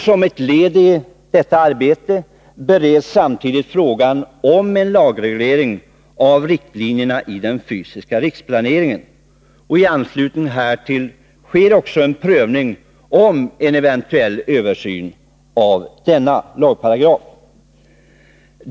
Som ett led i detta arbete bereds samtidigt frågan om en lagreglering av riktlinjerna i den fysiska riksplaneringen. I anslutning härtill sker även en prövning av en eventuell översyn av denna lagparagraf.